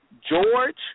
George